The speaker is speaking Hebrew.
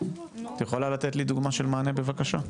את יכולה לתת לי דוגמא של מענה בבקשה?